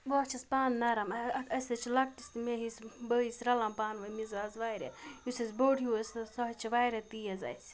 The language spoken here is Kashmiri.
بہٕ حظ چھَس پانہٕ نَرم اَسہِ حظ چھِ لَکٹِس تہٕ مےٚ ہِیٚیِس بٲیِس رَلان پانہٕ ؤنمِزاز واریاہ یُس اَسہِ بوٚڑ ہیوٗ سُہ حظ چھِ واریاہ تیز اَسہِ